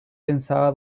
pensaba